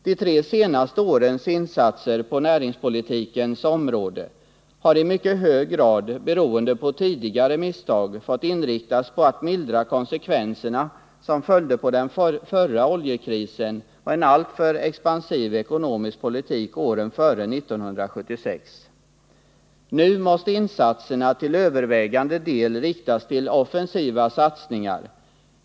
De tre senaste årens insatser på näringspolitikens område har i mycket hög grad — beroende på tidigare misstag — fått inriktas på att mildra konsekvenserna av den förra oljekrisen och en alltför expansiv ekonomisk politik åren före 1976. Nu måste insatserna till övervägande del riktas på offensiva satsningar.